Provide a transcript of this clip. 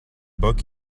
book